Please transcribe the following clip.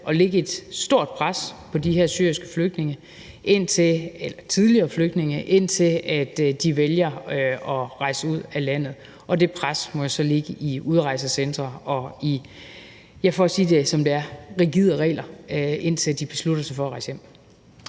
at lægge et stort pres på de her syriske tidligere flygtninge, indtil de vælger at rejse ud af landet. Det pres må jo så ligge i udrejsecentre og i, ja, for at sige det, som det er, rigide regler, indtil de beslutter sig for at rejse hjem.